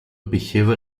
behavior